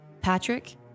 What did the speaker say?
Patrick